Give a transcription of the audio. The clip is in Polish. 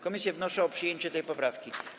Komisje wnoszą o przyjęcie tej poprawki.